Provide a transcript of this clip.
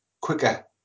quicker